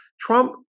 Trump